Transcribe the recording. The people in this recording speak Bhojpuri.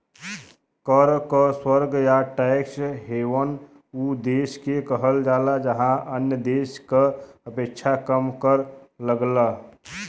कर क स्वर्ग या टैक्स हेवन उ देश के कहल जाला जहाँ अन्य देश क अपेक्षा कम कर लगला